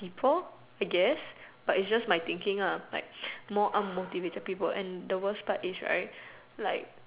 people I guess but it's just my thinking ah like more unmotivated people but the worst part is right